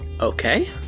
Okay